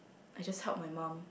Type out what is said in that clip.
I just help my mum